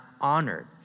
honored